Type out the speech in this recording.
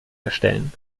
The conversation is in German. erstellen